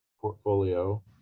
portfolio